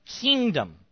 kingdom